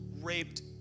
raped